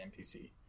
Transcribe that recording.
NPC